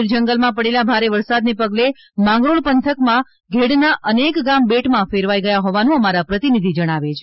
ગીર જંગલમાં પડેલા ભારે વરસાદને પગલે માંગરોળ પંથકમાં ઘેડના અનેક ગામ બેટમાં ફેરવાઇ ગયા હોવાનું અમારા પ્રતિનિધિ જણાવે છે